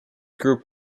group